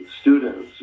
students